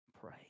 pray